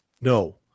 No